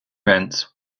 rents